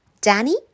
Danny